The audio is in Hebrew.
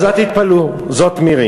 אז אל תתפלאו, זאת מירי.